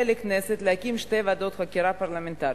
לכנסת להקים שתי ועדות חקירה פרלמנטריות.